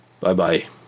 Bye-bye